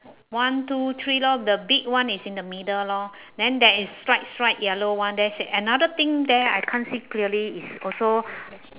one two three lor the big one is in the middle lor then there is stripe stripe yellow one that's it another thing there I can't see clearly is also